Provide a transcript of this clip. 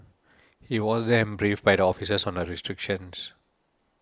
he was then briefed by officers on the restrictions